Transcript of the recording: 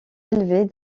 élevée